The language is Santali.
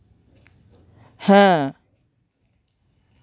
ᱦᱮᱸ